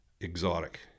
exotic